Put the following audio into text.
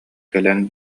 кэлэн